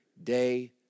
Day